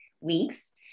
weeks